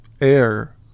air